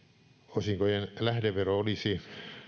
osinkojen lähdevero olisi